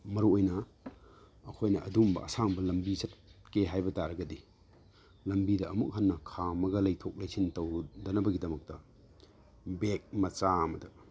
ꯃꯔꯨ ꯑꯣꯏꯅ ꯑꯩꯈꯣꯏꯅ ꯑꯗꯨꯝꯕ ꯑꯁꯥꯡꯕ ꯂꯝꯕꯤ ꯆꯠꯄꯀꯦ ꯍꯥꯏꯕ ꯇꯥꯔꯒꯗꯤ ꯂꯝꯕꯤꯗ ꯑꯃꯨꯛ ꯍꯟꯅ ꯈꯥꯝꯃꯒ ꯂꯩꯊꯣꯛ ꯂꯩꯁꯤꯟ ꯇꯧꯗꯅꯕꯒꯤꯗꯃꯛꯇ ꯕꯦꯛ ꯃꯆꯥ ꯑꯃꯗ